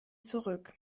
zurück